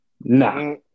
Nah